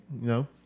no